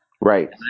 right